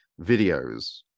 videos